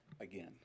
again